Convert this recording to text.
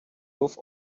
moved